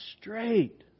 straight